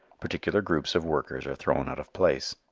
particular groups of workers are thrown out of place.